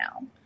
now